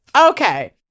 okay